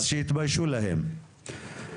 אז שיתביישו להם.